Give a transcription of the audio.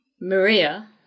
Maria